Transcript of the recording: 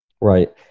Right